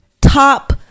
top